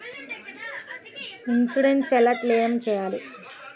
Insurance ఎలా claim చేయాలి?